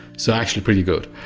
so actually pretty good.